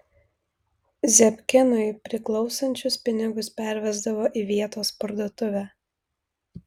zebkinui priklausančius pinigus pervesdavo į vietos parduotuvę